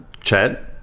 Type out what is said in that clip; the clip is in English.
Chad